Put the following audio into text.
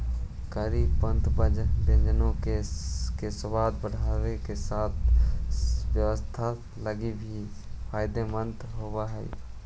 करी पत्ता व्यंजनों के सबाद बढ़ाबे के साथ साथ स्वास्थ्य लागी भी फायदेमंद होब हई